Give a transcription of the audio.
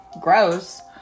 gross